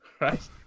right